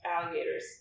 alligators